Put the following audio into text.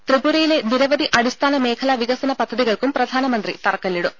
ത്രിപുരയിലെ നിരവധി അടിസ്ഥാന മേഖലാ വികസന പദ്ധതികൾക്കും പ്രധാനമന്ത്രി തറക്കല്ലിടും